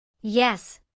Yes